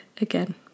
again